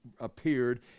appeared